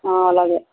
అలాగే